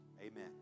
amen